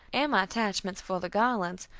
and my attachment for the garlands,